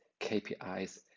KPIs